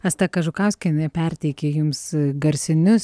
asta kažukauskienė perteikė jums garsinius